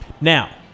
Now